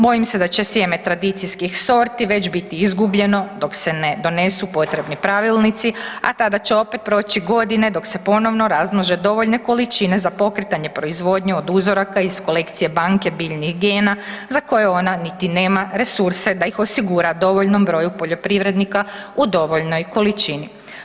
Bojim se da će sjeme tradicijskih sorti već biti izgubljeno dok se ne donesu potrebni pravilnici, a tada će opet proći godine dok se ponovno razmnože dovoljne količine za pokretanje proizvodnje od uzoraka iz kolekcije banke biljnih gena za koje ona niti nema resurse da ih osigura dovoljnom broju poljoprivrednika u dovoljnoj količini.